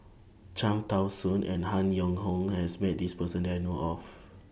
Cham Tao Soon and Han Yong Hong has Met This Person that I know of